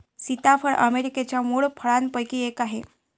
सीताफळ अमेरिकेच्या मूळ फळांपैकी एक आहे